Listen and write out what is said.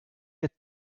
get